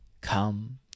come